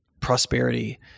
prosperity